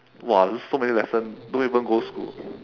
!wah! so many lessons don't even go school